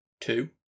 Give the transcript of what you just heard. two